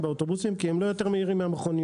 באוטובוסים כי הם לא יותר מהירים מהמכוניות.